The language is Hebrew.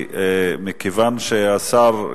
התשע"א